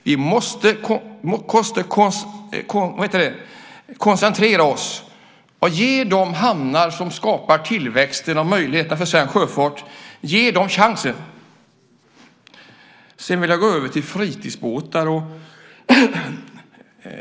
Vi måste koncentrera oss och ge de hamnar som skapar tillväxten och möjligheterna för svensk sjöfart chansen. Jag vill gå över till frågan om fritidsbåtar.